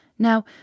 Now